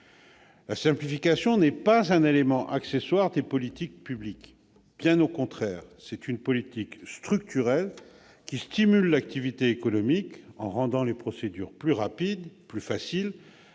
La simplification n'est pas un élément accessoire des politiques publiques. Bien au contraire, il s'agit d'une politique structurelle qui stimule l'activité économique, en rendant les procédures plus rapides et plus aisées,